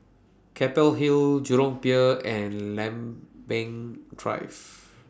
Keppel Hill Jurong Pier and Lempeng Drive